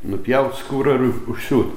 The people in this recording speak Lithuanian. nupjaut skūra ir užsiūt